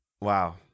Wow